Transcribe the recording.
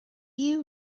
you